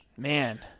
Man